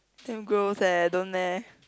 damn gross eh don't leh